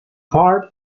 part